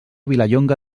vilallonga